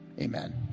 amen